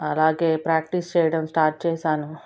అలాగే ప్రాక్టీస్ చెయ్యడం స్టార్ట్ చేసాను